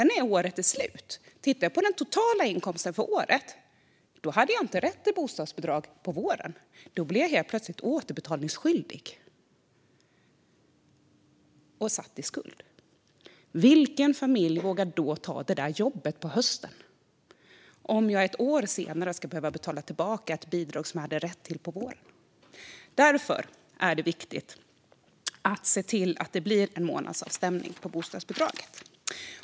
När man sedan tittar på den totala inkomsten vid årets slut kanske det visar sig att man inte haft rätt till bostadsbidrag på våren. Då blir man helt plötsligt återbetalningsskyldig och satt i skuld. Vilken familj vågar då ta ett jobb på hösten om man ett år senare kan behöva betala tillbaka ett bidrag som man hade rätt till på våren? Det är därför viktigt att det blir en månadsavstämning för bostadsbidraget.